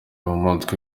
umutwe